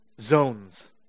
zones